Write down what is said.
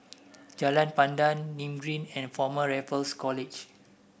Jalan Pandan Nim Green and Former Raffles College